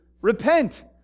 repent